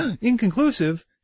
inconclusive